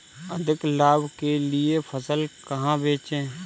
अधिक लाभ के लिए फसल कहाँ बेचें?